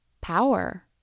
power